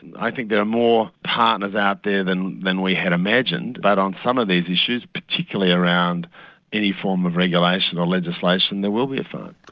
and i think there are more partners out there than than we had imagined but on some of these issues, particularly around any form of regulation or legislation, there will be a fight.